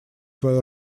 свою